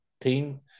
team